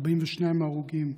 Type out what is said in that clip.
42 הרוגים.